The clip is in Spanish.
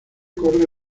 corre